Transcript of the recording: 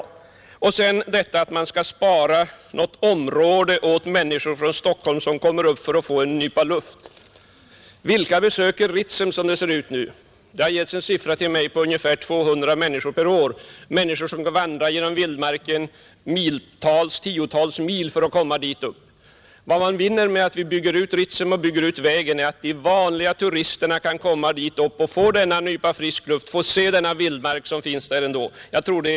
Så ett par ord om detta att man skall spara något område åt människor som kommer från Stockholm för att få en nypa luft. Vilka besöker Ritsem som det ser ut nu? Den siffra som uppgivits till mig är ca 200 personer per år, och det är människor som vandrar genom vildmarken tiotals mil för att komma dit upp. Vad man vinner med att bygga ut Ritsem och bygga vägen är att de vanliga turisterna kan komma dit och få frisk luft och se den vildmark som kommer att finnas där ändå.